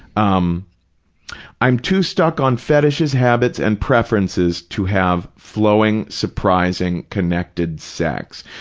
um i'm too stuck on fetishes, habits and preferences to have flowing, surprising, connected sex.